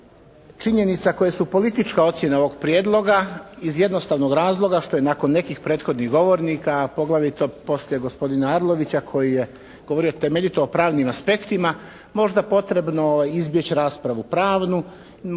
činjenica koje su politička ocjena ovog prijedloga iz jednostavnog razloga što je nakon nekih prethodnih govornika, poglavito poslije gospodina Arlovića koji je govorio temeljito o pravnim aspektima možda potrebnu izbjeći raspravu pravnu,